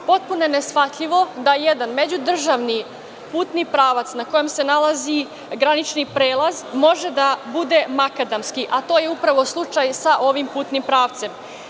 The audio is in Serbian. Potpuno je neshvatljivo da jedan međudržavni putni pravac na kojem se nalazi granični prelaz može da bude makadamski, a to je upravo slučaj sa ovim putnim pravcem.